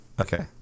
Okay